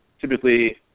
typically